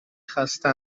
خسته